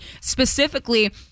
specifically